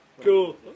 Cool